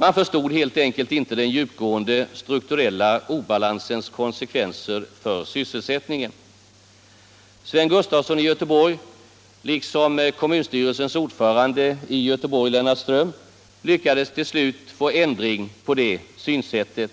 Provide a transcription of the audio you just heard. Man förstod helt enkelt inte den djupgående strukturella obalansens konsekvenser för sysselsättningen. Sven Gustafson liksom kommunstyrelséns ordförande i Göteborg Lennart Ström lyckades till slut få ändring på det synsättet,